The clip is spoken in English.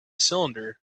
cylinder